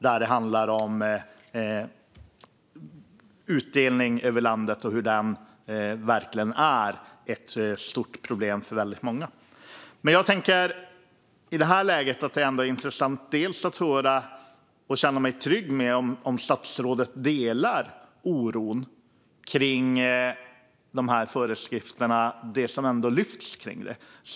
Där handlar det om utdelningen runt om i landet som verkligen är ett stort problem för väldigt många. I detta läge tycker jag dock att det vore intressant att få höra om och kunna känna mig trygg med att statsrådet delar oron för det som tas upp här om föreskrifter.